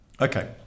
Okay